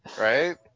Right